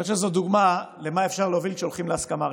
אני חושב שזו דוגמה למה אפשר להוביל כשהולכים להסכמה רחבה.